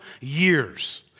years